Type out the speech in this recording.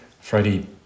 Friday